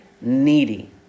needy